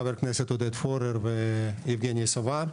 לחברי הכנסת עודד פורר ויבגני סובה,